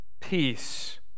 peace